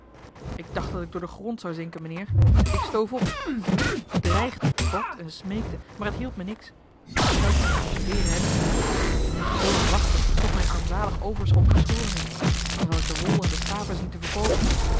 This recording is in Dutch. ik dacht dat ik door den grond zou zinken mijnheer ik stoof op vloekte dreigde bad en smeekte maar het hielp me niets geld om te procedeeren heb ik niet ik moet geduldig wachten tot mijn armzalig overschot geschoren is dan zal ik de wol en de schapen zien te verkoopen